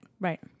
right